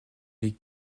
les